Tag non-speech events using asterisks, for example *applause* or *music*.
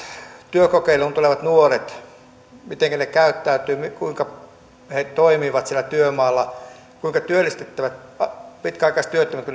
työkokeiluun tulevat nuoret käyttäytyvät kuinka he toimivat siellä työmaalla tai kuinka työllistettävien pitkäaikaistyöttömien *unintelligible*